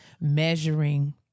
measuring